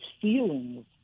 feelings